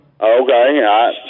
Okay